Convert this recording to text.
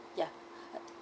yeah